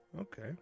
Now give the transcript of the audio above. Okay